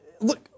look